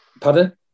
Pardon